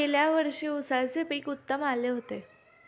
गेल्या वर्षी उसाचे पीक उत्तम आले होते